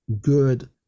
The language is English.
good